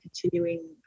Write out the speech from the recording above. continuing